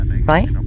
right